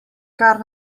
kar